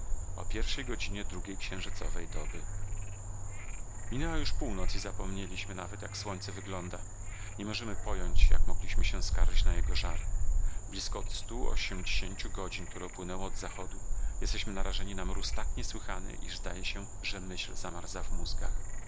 przytem metalowe ściany wozu zmieniają położenie igły minęła już północ i zapomnieliśmy nawet jak słońce wygląda nie możemy pojąć jak mogliśmy się skarżyć na jego żar blizko od stu ośmdziesięciu godzin które upłynęły od zachodu jesteśmy narażeni na mróz tak niesłychany iż zdaje się że myśl zamarza w mózgu